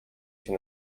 się